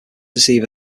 receive